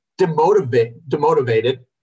demotivated